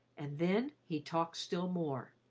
and then he talked still more.